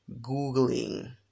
googling